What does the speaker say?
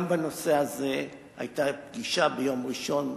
גם בנושא הזה היתה ביום ראשון,